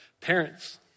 Parents